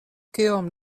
kiom